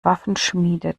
waffenschmiede